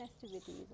festivities